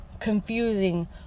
confusing